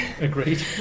agreed